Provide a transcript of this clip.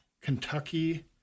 Kentucky